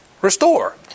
restore